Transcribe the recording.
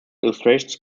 illustrations